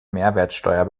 mehrwertsteuer